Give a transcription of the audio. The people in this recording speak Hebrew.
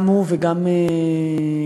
גם הוא וגם יסייב,